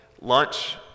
lunch